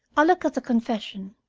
i looked at the confession,